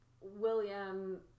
William